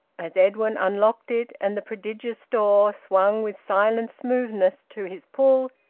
as edwin unlocked it, and the prodigious door swung with silent smoothness to his pull,